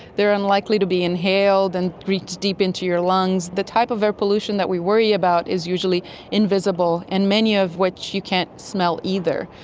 they are unlikely to be inhaled and reach deep into your lungs. the type of air pollution that we worry about is usually invisible, and many of which you can't smell either.